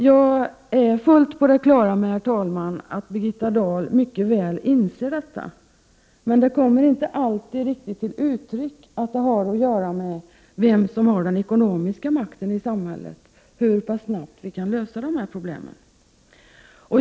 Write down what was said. Jag är fullt på det klara med, herr talman, att Birgitta Dahl mycket väl inser detta, men det kommer inte alltid riktigt till uttryck att det har att göra med vem som har den ekonomiska makten i samhället, hur snabbt vi kan lösa de här problemen.